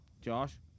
Josh